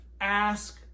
Ask